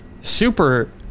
super